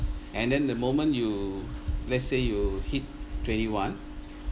and then the moment you let's say you hit twenty one